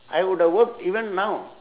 I would have worked even now